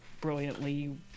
brilliantly